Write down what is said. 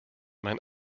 mein